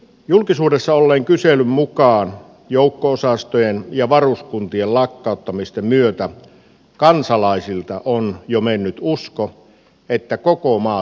julkisuudessa olleen kyselyn mukaan joukko osastojen ja varuskuntien lakkauttamisten myötä kansalaisilta on jo mennyt usko että koko maata puolustettaisiin